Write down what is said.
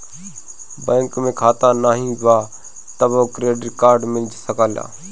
Bank में खाता नाही बा तबो क्रेडिट कार्ड मिल सकेला?